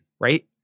Right